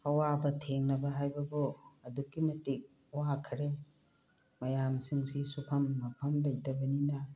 ꯑꯋꯥꯕ ꯊꯦꯡꯅꯕ ꯍꯥꯏꯕꯕꯨ ꯑꯗꯨꯛꯀꯤ ꯃꯇꯤꯛ ꯋꯥꯈ꯭ꯔꯦ ꯃꯌꯥꯝꯁꯤꯡꯁꯤ ꯁꯨꯐꯝ ꯃꯐꯝ ꯂꯩꯇꯕꯅꯤꯅ